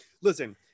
listen